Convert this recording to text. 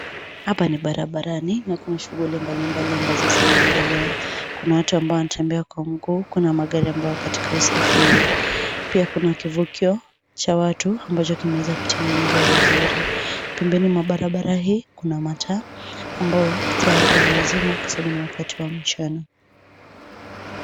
Hapa ni barabarani na kuna shughuli mbalimbali ambazo zinaendelea. Kuna watu ambao wanatembea kwa miguu. Kuna magari ambayo yako katika usafiri. Pia kuna kivukio cha watu ambacho kimeweza kutegenezwa vizuri. Pembeni mwa barabara hii kuna mataa ambayo tayari yamezimwa kwa sababu ni wakati wa mchana.